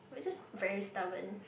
we're just very stubborn